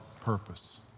purpose